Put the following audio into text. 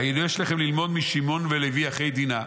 הלוא יש לכם ללמוד משמעון ולוי אחי דינה,